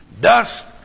Dust